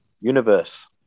universe